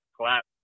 Clap